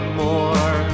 more